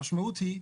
המשמעות היא,